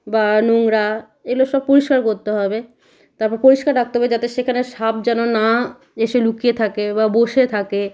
বা নোংরা এগুলো সব পরিষ্কার করতে হবে তারপর পরিষ্কার রাখতে হবে যাতে সেখানে সাপ যেন না এসে লুকিয়ে থাকে বা বসে থাকে